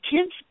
Kids